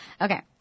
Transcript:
Okay